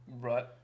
Right